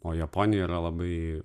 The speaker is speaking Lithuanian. o japonija yra labai